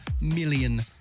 million